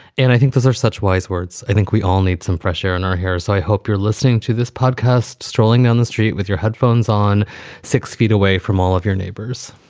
and i think those are such wise words. i think we all need some fresh air in our hair. so i hope you're listening to this podcast, strolling down the street with your headphones on six feet away from all of your neighbors.